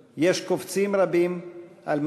יש לקוות שהכוונות הטובות יתורגמו